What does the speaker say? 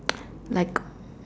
like